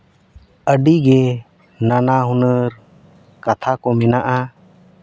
ᱟᱹᱰᱤᱜᱮ ᱱᱟᱱᱟ ᱦᱩᱱᱟᱹᱨ ᱠᱟᱛᱷᱟ ᱠᱚ ᱢᱮᱱᱟᱜᱼᱟ